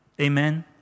Amen